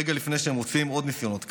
רגע לפני שהם מוציאים עוד ניסיונות כאלה,